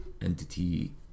entity